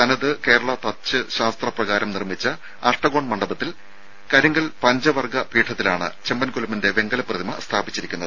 തനത് കേരള തച്ചുശാസ്ത്ര പ്രകാരം നിർമ്മിച്ച അഷ്ടകോൺ മണ്ഡപത്തിൽ കരിങ്കൽ പഞ്ചവർഗ്ഗ പീഠത്തിലാണ് ചെമ്പൻ കൊലുമ്പന്റെ വെങ്കല പ്രതിമ സ്ഥാപിച്ചിരിക്കുന്നത്